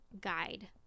guide